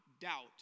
doubt